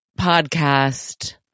podcast